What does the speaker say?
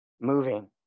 Moving